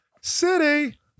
city